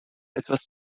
etwas